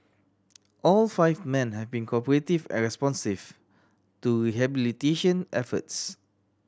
all five men have been cooperative and responsive to rehabilitation efforts